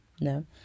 no